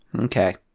Okay